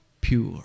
pure